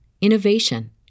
innovation